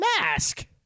Mask